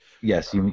Yes